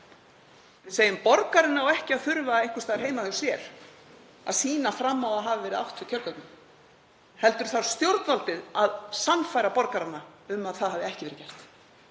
Við segjum: Borgarinn á ekki að þurfa einhvers staðar heima hjá sér að sýna fram á að átt hafi verið við kjörgögnin heldur þarf stjórnvaldið að sannfæra borgarana um að það hafi ekki verið gert,